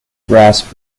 grasp